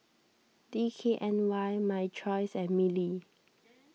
D K N Y My Choice and Mili